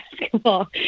basketball